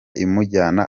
imujyana